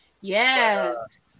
Yes